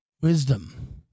wisdom